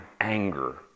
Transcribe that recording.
anger